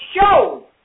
show